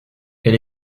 elle